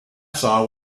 saw